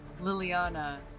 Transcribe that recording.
Liliana